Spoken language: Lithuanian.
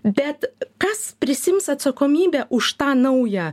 bet kas prisiims atsakomybę už tą naują